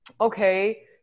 okay